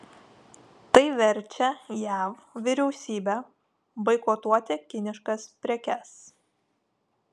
tai verčia jav vyriausybę boikotuoti kiniškas prekes